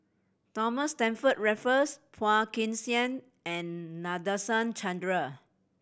Thomas Stamford Raffles Phua Kin Siang and Nadasen Chandra